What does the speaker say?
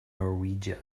norwegia